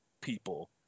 people